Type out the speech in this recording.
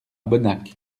bonnac